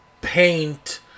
paint